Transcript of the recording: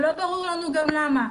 לא ברור לנו גם למה.